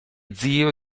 zio